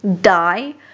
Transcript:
die